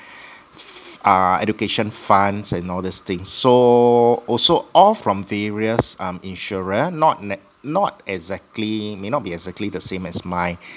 f~ uh education funds and all these things so also all from various um insurer not ne~ not exactly may not be exactly same as mine